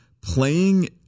Playing